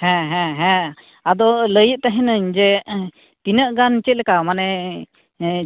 ᱦᱮᱸ ᱦᱮᱸ ᱦᱮᱸ ᱟᱫᱚ ᱞᱟᱹᱭᱮᱫ ᱛᱟᱦᱮᱸᱱᱟᱹᱧ ᱡᱮ ᱛᱤᱱᱟᱹᱜ ᱜᱟᱱ ᱪᱮᱫᱞᱮᱠᱟ ᱢᱟᱱᱮ